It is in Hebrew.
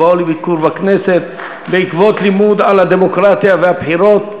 הן באו לביקור בכנסת בעקבות לימוד על הדמוקרטיה והבחירות.